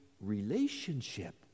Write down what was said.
relationship